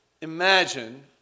Imagine